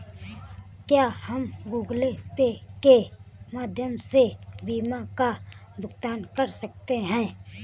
क्या हम Google Pay के माध्यम से बीमा का भुगतान कर सकते हैं?